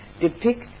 depict